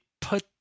put